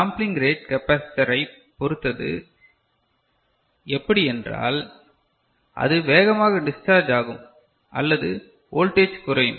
sampling rate capacitor ஐ பொறுத்தது எப்படி என்றால் அது வேகமாக டிஸ்சார்ஜ் ஆகும் அல்லது வோல்டேஜ் குறையும்